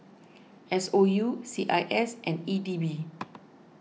S O U C I S and E D B